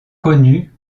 connue